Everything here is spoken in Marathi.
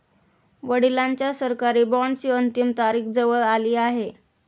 वडिलांच्या सरकारी बॉण्डची अंतिम तारीख जवळ आली आहे